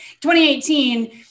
2018